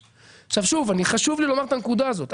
עכשיו, שוב, חשוב לי לומר את הנקודה הזאת.